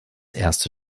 erste